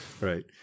Right